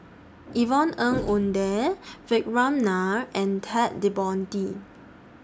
Yvonne Ng Uhde Vikram Nair and Ted De Ponti